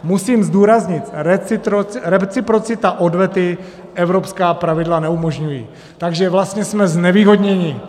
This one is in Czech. Musím zdůraznit, reciprocita odvety evropská pravidla neumožňují, takže vlastně jsme znevýhodněni.